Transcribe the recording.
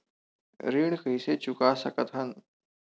ऋण कइसे चुका सकत हन?